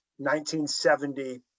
1970